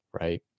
right